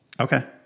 Okay